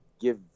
give